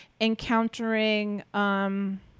encountering